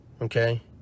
okay